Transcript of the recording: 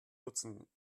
nutzen